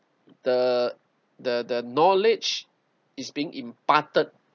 the the the knowledge is being imparted